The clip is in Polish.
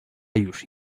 już